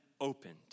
opened